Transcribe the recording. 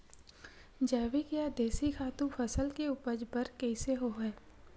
जैविक या देशी खातु फसल के उपज बर कइसे होहय?